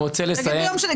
תגיד ביום שני.